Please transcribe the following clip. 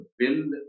build